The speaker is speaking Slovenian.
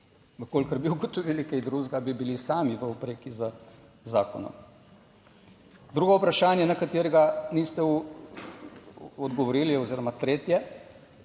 V kolikor bi ugotovili kaj drugega, bi bili sami v opreki z zakonom. Drugo vprašanje, na katerega niste odgovorili , oziroma tretje: